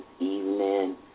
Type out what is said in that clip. evening